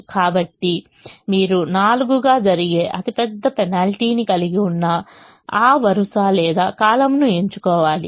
కాబట్టి మీరు 4 గా జరిగే అతిపెద్ద పెనాల్టీని కలిగి ఉన్న ఆ వరుస లేదా కాలమ్ను ఎంచుకోవాలి